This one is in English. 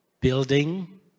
building